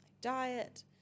diet